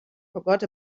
forgot